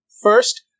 first